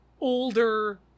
older